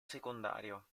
secondario